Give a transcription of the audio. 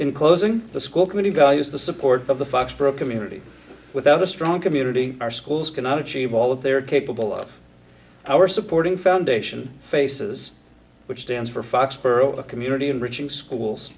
in closing the school committee values the support of the foxboro community without a strong community our schools cannot achieve all that they are capable of our supporting foundation faces which stands for foxborough a community enriching schools